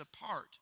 apart